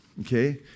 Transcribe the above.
Okay